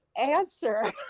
answer